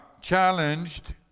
challenged